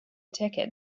ticket